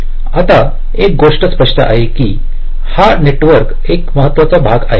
आता एक गोष्ट स्पष्ट आहे की हा नेटवर्कचा एक महत्त्वाचा भाग आहे